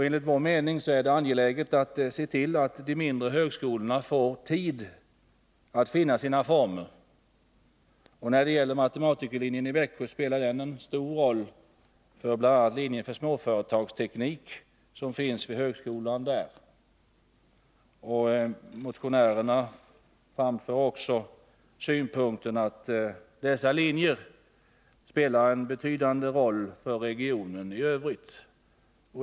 Enligt vår mening är det angeläget att se till att de mindre högskolorna får tid att finna sina former, och när det gäller matematikerlinjen i Växjö spelar denna en stor roll för bl.a. linjen för småföretagsteknik som finns vid högskolan där. Motionärerna framför också synpunkten att dessa linjer spelar en betydande roll för regionen i övrigt.